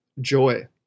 joy